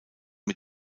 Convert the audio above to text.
mit